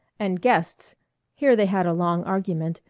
and guests here they had a long argument,